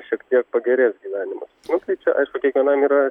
šiek tiek pagerės gyvenimas nu tai čia aišku kiekvienam yra